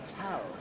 tell